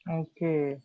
okay